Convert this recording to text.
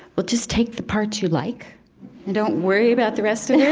well, just take the parts you like and don't worry about the rest of it